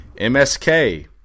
MSK